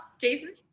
Jason